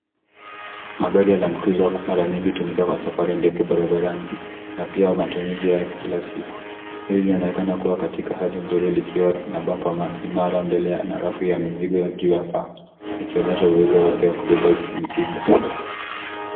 Magari ya [cs ] land cruiser[cs ] maranyingi hutumika kwa safari ndefu barabarani na pia matumizi ya kila siku. Hili linaonekana kuwa katika hali nzuri likiwa na bampa imara mbele na rafu ya mizigo ya juu ya paa ikionyesha uwezo wake wa kubeba mizigo.